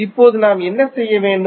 இப்போது நாம் என்ன செய்ய வேண்டும்